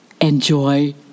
enjoy